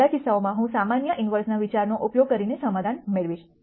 આ બધા કિસ્સાઓમાં હું સામાન્ય ઇન્વર્સના વિચારનો ઉપયોગ કરીને સમાધાન મેળવીશ